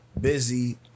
busy